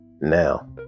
now